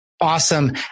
Awesome